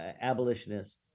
abolitionist